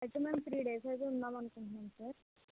అయితే మేము three days అయితే ఉందాము అనుకుంటున్నాము సార్